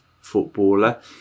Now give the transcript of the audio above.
footballer